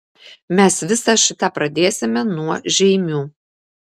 mes visą šitą pradėsime nuo žeimių